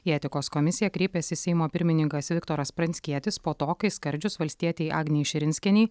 į etikos komisiją kreipėsi seimo pirmininkas viktoras pranckietis po to kai skardžius valstietei agnei širinskienei